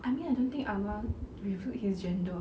I mean I don't think amar revealed his gender